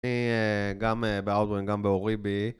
אני גם באאוטבריין, גם באוריבי